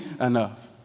enough